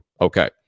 Okay